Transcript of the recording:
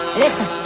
listen